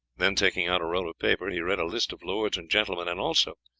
then, taking out a roll of paper, he read a list of lords and gentlemen, and also,